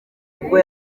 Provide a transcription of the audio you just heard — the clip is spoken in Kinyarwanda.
nibwo